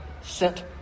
sent